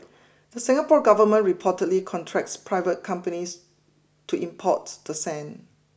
the Singapore government reportedly contracts private companies to import the sand